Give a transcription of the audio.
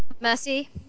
Mercy